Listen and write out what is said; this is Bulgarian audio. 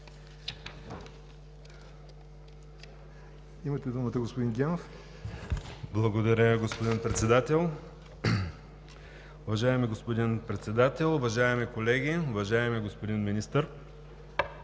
имате думата. РУМЕН ГЕНОВ (ГЕРБ): Благодаря, господин Председател. Уважаеми господин Председател, уважаеми колеги, уважаеми господин Министър!